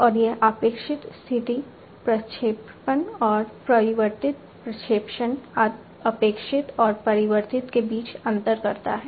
और यह अपेक्षित स्थिति प्रक्षेपण और परिवर्तित प्रक्षेपण अपेक्षित और परिवर्तित के बीच अंतर करता है